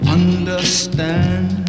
understand